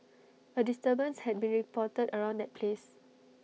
A disturbance had been reported around that place